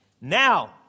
Now